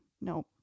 No